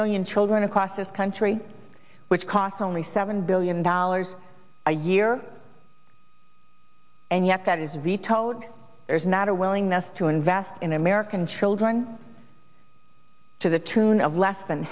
million children across this country which costs only seven billion dollars a year and yet that is vetoed there's not a willingness to invest in american children to the tune of less than